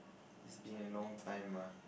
it's been a long time mah